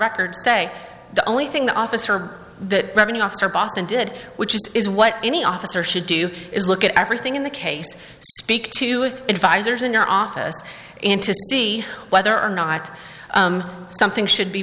record say the only thing the officer or the revenue officer boston did which is what any officer should do is look at everything in the case speak to advisors in our office in to see whether or not something should be